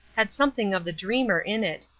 had something of the dreamer in it,